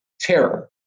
terror